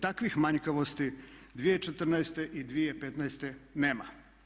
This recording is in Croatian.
Takvih manjkavosti 2014. i 2015. nema.